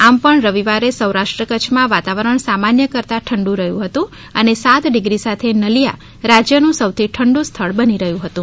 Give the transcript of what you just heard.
આમપણ રવિવારે સૌરાષ્ટ્ર કચ્છમાં વાતાવરણ સામાન્ય કરતાં ઠંડુ રહ્યું હતું અને સાત ડિગ્રી સાથે નલિયા રાજ્ય નું સૌથી ઠંડુ સ્થળ બની રહ્યું હતું